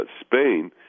Spain